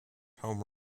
home